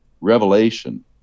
revelation